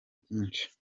byinshi